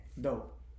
dope